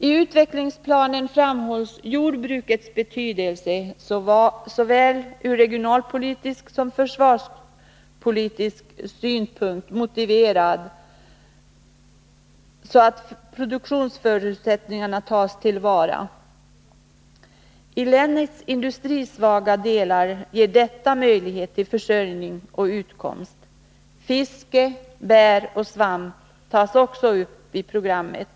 I utvecklingsplanen framhålls jordbrukets betydelse. Av såväl regionalpolitiska som försvarspolitiska skäl är det motiverat att produktionsförutsättningarna tas till vara. I länets industrisvaga delar ger detta möjlighet till försörjning och utkomst. Fiske, bär och svamp tas också upp i programmet.